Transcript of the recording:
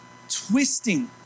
Twisting